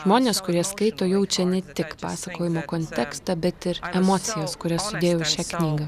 žmonės kurie skaito jaučia ne tik pasakojimo kontekstą bet ir emocijas kurias sudėjau į šią knygą